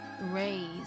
raise